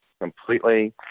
completely